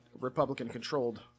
Republican-controlled